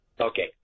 Okay